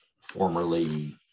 formerly